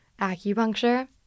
acupuncture